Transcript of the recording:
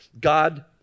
god